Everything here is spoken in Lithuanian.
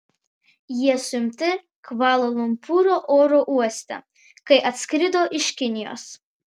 jie suimti kvala lumpūro oro uoste kai atskrido iš kinijos